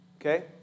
Okay